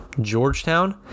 georgetown